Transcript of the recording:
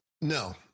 no